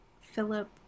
Philip